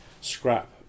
scrap